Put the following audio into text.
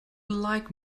like